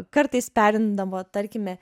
kartais perimdavo tarkime